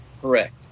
Correct